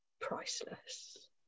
priceless